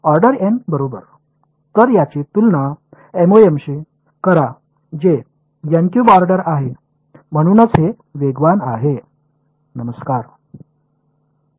order n बरोबर तर याची तुलना MoM शी करा जे ऑर्डर आहे म्हणूनच हे वेगवान आहे